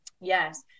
Yes